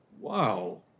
Wow